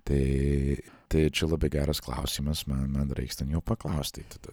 tai tai čia labai geras klausimas man na reiks ten jo paklausti tada